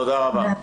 תודה רבה.